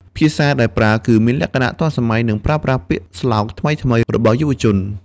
ភាសាដែលប្រើ គឺមានលក្ខណៈទាន់សម័យ និងប្រើប្រាស់ពាក្យស្លោកថ្មីៗរបស់យុវជន។